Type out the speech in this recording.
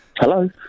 Hello